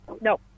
No